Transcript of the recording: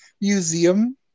museum